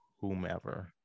whomever